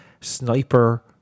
sniper